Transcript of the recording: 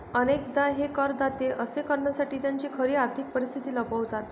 अनेकदा हे करदाते असे करण्यासाठी त्यांची खरी आर्थिक परिस्थिती लपवतात